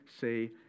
say